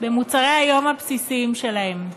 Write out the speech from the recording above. במוצרי היום הבסיסיים שלהן,